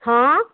ହଁ